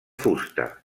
fusta